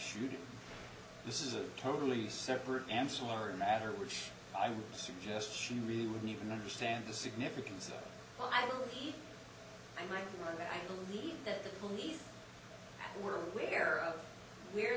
shooting this is a totally separate ancillary matter which i would suggest she really didn't even understand the significance of well as i write i believe that the police were aware of where